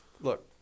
look